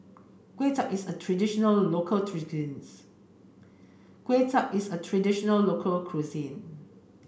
Kway Chap is a traditional local cuisine